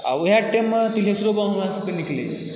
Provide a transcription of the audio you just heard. आ ओएह टाइममे तिल्हेश्वर बम हमरासबकेँ निकलैए